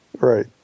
Right